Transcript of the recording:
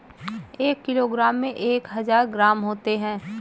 एक किलोग्राम में एक हजार ग्राम होते हैं